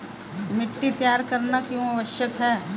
मिट्टी तैयार करना क्यों आवश्यक है?